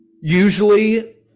usually